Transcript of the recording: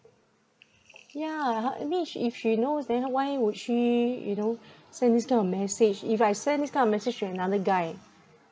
yeah ha it means if she knows then why would she you know send this kind of message if I send this kind of message to another guy